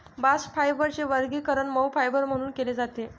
bast फायबरचे वर्गीकरण मऊ फायबर म्हणून केले जाते